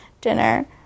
dinner